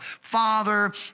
father